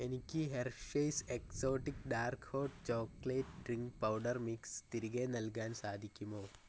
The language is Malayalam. എനിക്ക് Hershey's exotic dark hot chocolate drink powder mix തിരികെ നൽകാൻ സാധിക്കുമോ